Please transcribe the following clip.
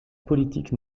politique